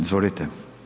Izvolite.